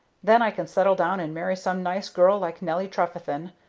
then i can settle down and marry some nice girl like nelly trefethen,